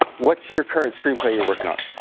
what's your current screenplay? you're working on